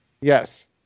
Yes